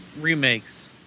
remakes